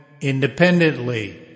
independently